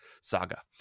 Saga